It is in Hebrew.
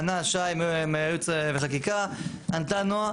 ענה שי מייעוץ וחקיקה, ענתה נעה.